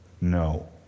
No